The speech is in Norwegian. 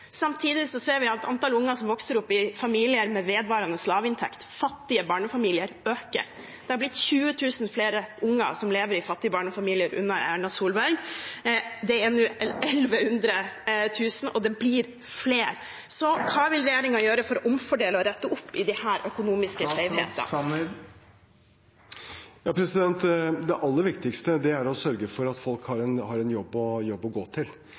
ser vi at antallet unger som vokser opp i familier med vedvarende lavinntekt, fattige barnefamilier, øker. Det er blitt 20 000 flere unger som lever i fattige barnefamilier under Erna Solberg. Det er nå 111 000, og det blir flere. Hva vil regjeringen gjøre for å omfordele og rette opp i disse økonomiske skjevhetene? Det aller viktigste er å sørge for at folk har en jobb å gå til.